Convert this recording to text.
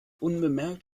unbemerkt